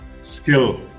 skill